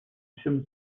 всем